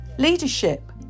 leadership